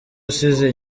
usize